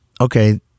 Okay